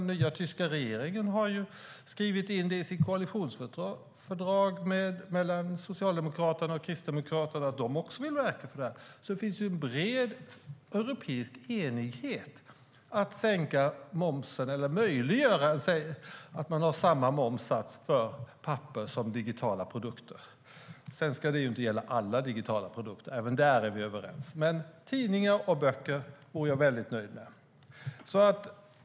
Den nya tyska regeringen har i sitt koalitionsfördrag mellan socialdemokrater och kristdemokrater skrivit in att de också vill verka för detta. Det finns alltså en bred europeisk enighet om att möjliggöra att ha samma momssats för pappersprodukter som för digitala produkter. Sedan ska det förstås inte gälla alla digitala produkter - även där är vi överens - men om det gäller tidningar och böcker är jag nöjd.